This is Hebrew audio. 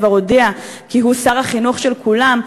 כבר הודיע כי הוא שר החינוך של כולם,